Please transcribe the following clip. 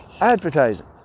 advertising